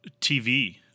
TV